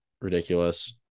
ridiculous